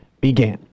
began